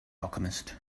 alchemist